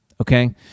Okay